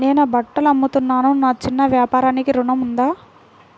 నేను బట్టలు అమ్ముతున్నాను, నా చిన్న వ్యాపారానికి ఋణం ఉందా?